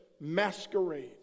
masquerade